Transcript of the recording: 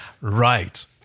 Right